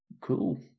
Cool